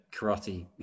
karate